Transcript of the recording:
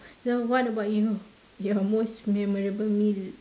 so what about you your most memorable meal